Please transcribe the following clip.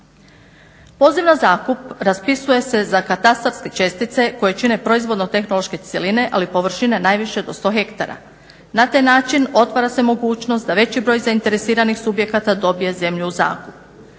Poziv na zakup raspisuje se za katastarske čestice koje čine proizvodno-tehnološke cjeline ali površine najviše do 100 ha. Na taj način otvara se mogućnost da veći broj zainteresiranih subjekata dobije zemlju u zakup.